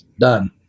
done